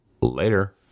later